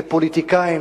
לפוליטיקאים,